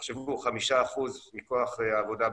תחשבו 5% מכח העבודה בהייטק,